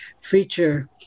feature